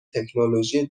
تکنولوژی